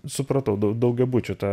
supratau daugiabučių tą